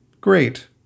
Great